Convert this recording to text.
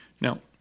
Now